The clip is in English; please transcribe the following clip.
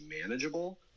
manageable